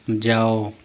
जाओ